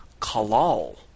kalal